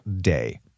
day